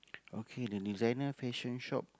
okay the designer fashion shop